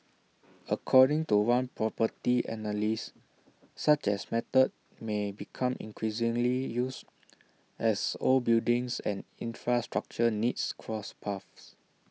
according to one property analyst such A method may become increasingly used as old buildings and infrastructural needs cross paths